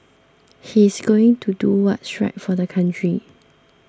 he's going to do what's right for the country